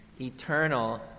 eternal